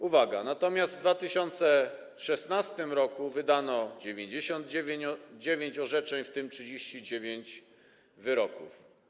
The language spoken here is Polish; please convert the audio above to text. Uwaga, natomiast w 2016 r. wydano 99 orzeczeń, w tym 39 wyroków.